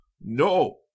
No